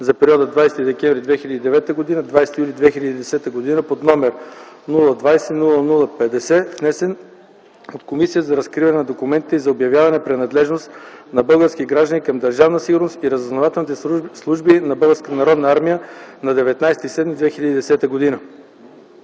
за периода 20 декември 2009 г. – 20 юли 2010 г. под № 020-00-50, внесен от Комисията за разкриване на документите и за обявяване на принадлежност на български граждани към Държавна сигурност и разузнавателните служби на Българската народна